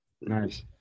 Nice